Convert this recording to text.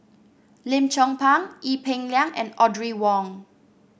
Lim Chong Pang Ee Peng Liang and Audrey Wong